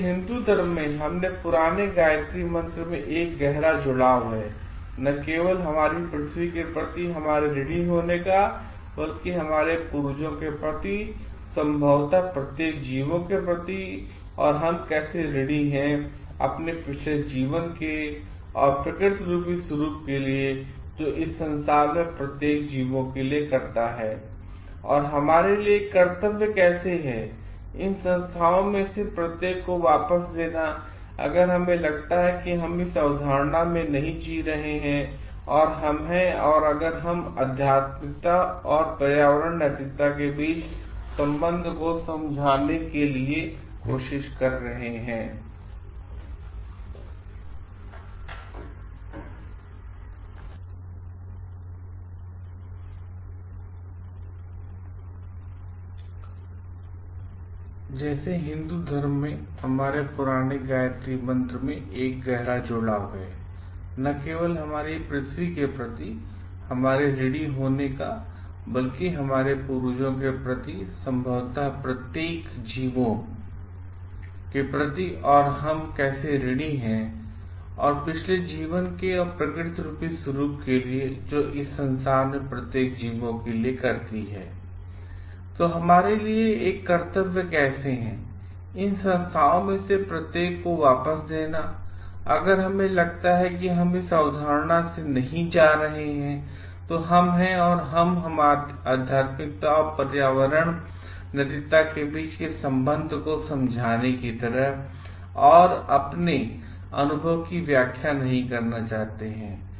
जैसे हिंदू धर्म मेंहमारेपुराने गायत्री मंत्रमें एक गहरा जुड़ाव है न केवल हमारी पृथ्वी के प्रति हमारी ऋणी होने का बल्कि हमारे पूर्वजों के प्रति संभवत प्रत्येक जीवों के प्रति और और हम कैसे ऋणी हैं अपने पिछले जीवन के और प्रकृति रूपी स्वरुप के लिए और जो इस संसार में प्रत्येक जीवों के लिए करती है I और हमारे लिए एक कर्तव्य कैसे है इन संस्थाओं में से प्रत्येक को वापस देना अगर हमें लगता है कि हम इस अवधारणा से नहीं जा रहे हैं और हम हैं अगर हम आध्यात्मिकता और पर्यावरण नैतिकता के बीच के संबंध को समझाने की तरह अपने अनुभव की व्याख्या नहीं करना चाहते हैं